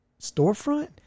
storefront